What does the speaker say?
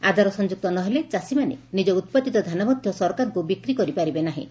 ଆଧାର ସଂଯୁକ୍ତ ନହେଲେ ଚାଷୀମାନେ ନିକ ଉପାଦିତ ଧାନ ମଧ ସରକାରଙ୍କୁ ବିକ୍ରି କରିପାରିବେ ନାହିଁ